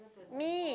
me